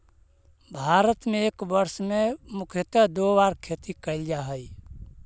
भारत में एक वर्ष में मुख्यतः दो बार खेती कैल जा हइ